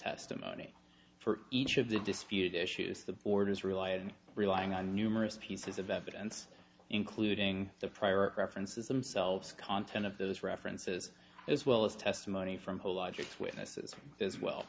testimony for each of the disputed issues the orders rely and relying on numerous pieces of evidence including the prior references themselves content of those references as well as testimony from whole logic witnesses as well